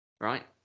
Right